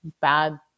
bad